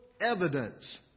evidence